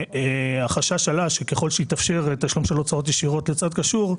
החשש עלה שככל שיתאפשר תשלום של הוצאות ישירות לצד קשור,